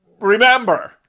Remember